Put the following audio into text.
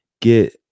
get